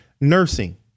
nursing